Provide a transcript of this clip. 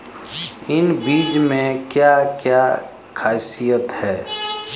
इन बीज में क्या क्या ख़ासियत है?